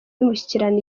y’umushyikirano